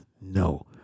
No